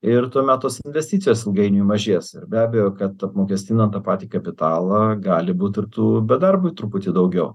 ir tuomet tos investicijos ilgainiui mažės ir be abejo kad apmokestinant tą patį kapitalą gali būt ir tų bedarbių truputį daugiau